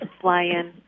fly-in